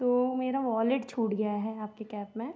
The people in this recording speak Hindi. तो मेरा वॉलेट छूट गया है आपकी कैब में